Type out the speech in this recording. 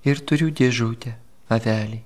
ir turiu dėžutę avelei